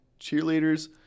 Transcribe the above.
cheerleaders